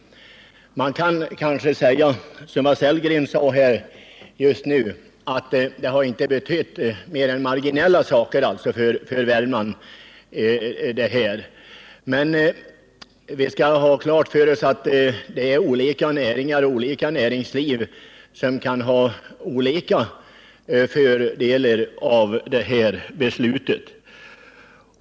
Kanske kan man som Rolf Sellgren gjorde säga att detta bara haft marginell betydelse för Värmland, men vi bör ha klart för oss att fördelarna med det här beslutet varierar för olika näringsgrenar.